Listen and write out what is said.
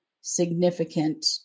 significant